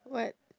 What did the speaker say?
what